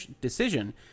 decision